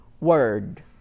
word